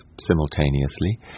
simultaneously